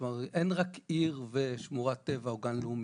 מאחר שבעלי החיים יורדים לכיוון מקור